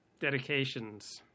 dedications